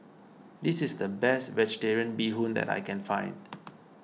this is the best Vegetarian Bee Hoon that I can find